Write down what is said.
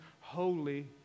holy